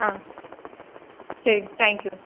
ஆ சரி தேங்க்யூ